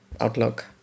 outlook